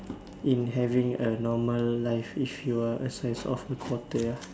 in having a normal life if you are the size of a quarter ah